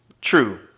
true